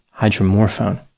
hydromorphone